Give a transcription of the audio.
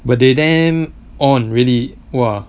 but they damn on really !wah!